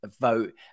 Vote